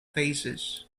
phases